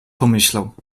pomyślał